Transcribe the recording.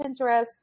Pinterest